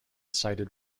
cited